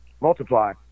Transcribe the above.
multiply